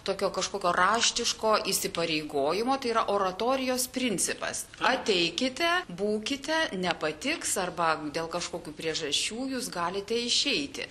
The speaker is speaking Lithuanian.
tokio kažkokio raštiško įsipareigojimo tai yra oratorijos principas ateikite būkite nepatiks arba dėl kažkokių priežasčių jūs galite išeiti